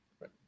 Right